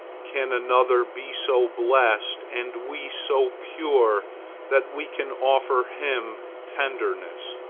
can another be so blessed and we so pure that we can offer him tenderness?